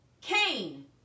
Cain